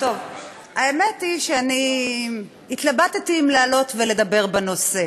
האמת היא שאני התלבטתי אם לעלות ולדבר בנושא.